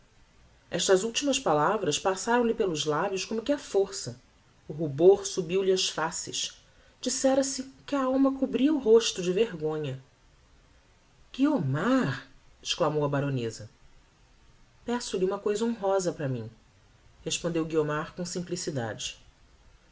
estas ultimas palavras passaram lhe pelos lábios como que á força o rubor subiu-lhe ás faces dissera se que a alma cobria o rosto de vergonha guiomar exclamou a baroneza peço-lhe uma cousa honrosa para mim respondeu guiomar com simplicidade